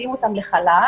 מוציאים אותם לחל"ת